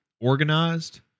organized